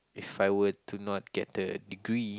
if I were to not get the degree